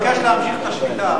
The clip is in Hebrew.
אז נבקש להמשיך את השביתה.